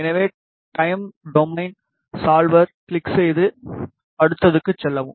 எனவே time domain solver click செய்து அடுத்ததுக்குச் செல்லவும்